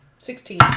Sixteen